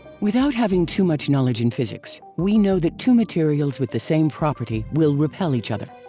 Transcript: without having too much knowledge in physics, we know that two materials with the same property will repel each other.